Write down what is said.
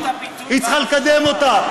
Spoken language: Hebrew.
היא צריכה לקדם אותה.